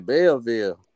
Belleville